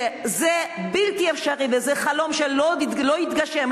שזה בלתי אפשרי וזה חלום שלא יתגשם,